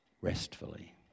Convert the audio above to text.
restfully